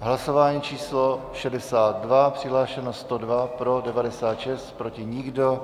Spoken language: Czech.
Hlasování číslo 62, přihlášeno 102, pro 96, proti nikdo.